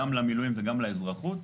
גם למילואים וגם לאזרחות.